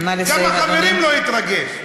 גם החברים לא יתרגשו,